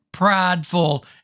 prideful